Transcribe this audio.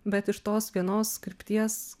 bet iš tos vienos krypties